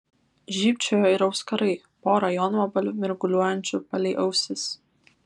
žybčiojo ir auskarai pora jonvabalių mirguliuojančių palei ausis